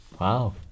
Wow